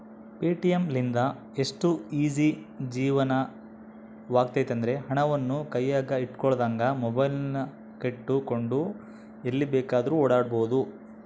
Paytm ಲಿಂದ ಎಷ್ಟು easy ಜೀವನವಾಗೆತೆಂದ್ರ, ಹಣವನ್ನು ಕೈಯಗ ಇಟ್ಟುಕೊಳ್ಳದಂಗ ಮೊಬೈಲಿನಗೆಟ್ಟುಕೊಂಡು ಎಲ್ಲಿ ಬೇಕಾದ್ರೂ ಓಡಾಡಬೊದು